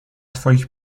twoich